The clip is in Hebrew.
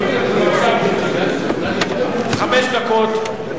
בבקשה, גברתי, חמש דקות.